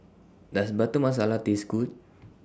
Does Butter Masala Taste Good